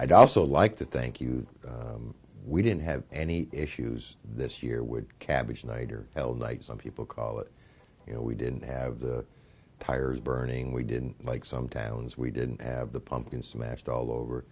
i'd also like to thank you we didn't have any issues this year would cabbage night or hell night some people call it you know we didn't have the tires burning we didn't like some towns we didn't have the pumpkin smashed all over